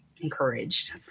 encouraged